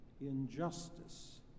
Injustice